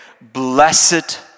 Blessed